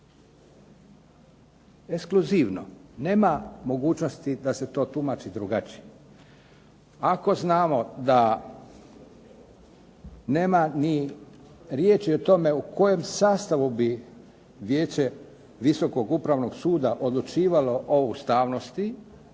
Ekskluzivno. Nema mogućnosti da se to tumači drugačije. Ako znamo da nema ni riječi o tome u kojem sastavu bi Vijeće Visokog upravnog suda odlučivalo o ustavnosti